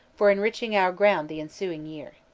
for enriching our ground the ensuing year.